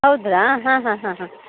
ಹೌದ್ರಾ ಹಾಂ ಹಾಂ ಹಾಂ ಹಾಂ